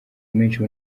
menshi